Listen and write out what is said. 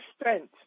extent